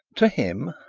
to him,